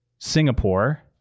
Singapore